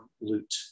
loot